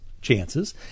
chances